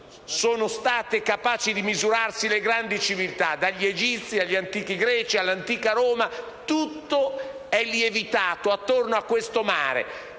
sono state capaci di misurarsi le grandi civiltà: dagli egizi, agli antichi greci, all'antica Roma, tutto è lievitato attorno al Mediterraneo